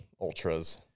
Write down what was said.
ultras